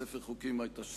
ספר חוקים התשס"ח,